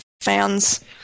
fans